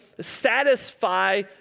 satisfy